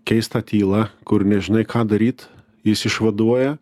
keistą tylą kur nežinai ką daryt jis išvaduoja